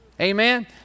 Amen